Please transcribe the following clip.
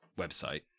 website